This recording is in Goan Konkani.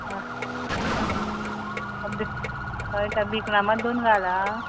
आं आं भ् आं भ् कळटा भिकणां मात दोन घाल आं